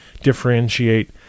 differentiate